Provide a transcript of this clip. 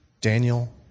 Daniel